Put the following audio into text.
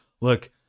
look